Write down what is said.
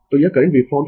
तो यह current waveform है